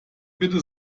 bitte